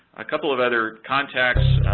a couple of other contacts,